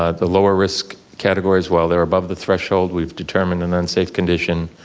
ah the lower risk category as well, they're above the threshold, we've determined an unsafe condition,